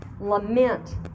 lament